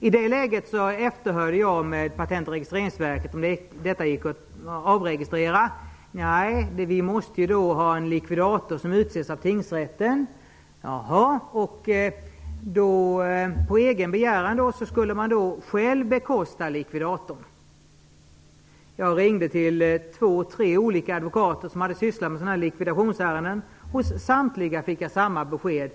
I det läget efterhörde jag med Patent och registreringsverket om det då gick att avregistrera bolaget. Nej, blev svaret, vi måste ha en av tingsrätten utsedd likvidator. På egen begäran skulle man då själv bekosta likvidatorn. Jag ringde till två, tre advokater som hade sysslat med sådana här likvidationsärenden, och hos samtliga fick jag samma besked.